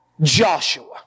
Joshua